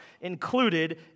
included